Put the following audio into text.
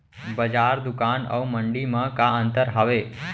बजार, दुकान अऊ मंडी मा का अंतर हावे?